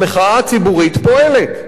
המחאה הציבורית פועלת.